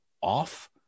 off